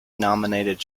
nominated